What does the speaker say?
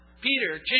Peter